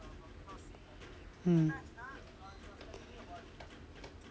mm